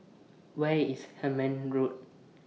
Where IS Hemmant Road